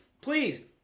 please